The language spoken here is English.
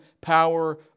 power